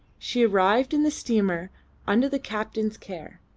she arrived in the steamer under the captain's care.